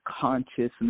consciousness